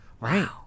Wow